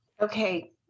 Okay